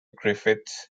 griffiths